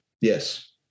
Yes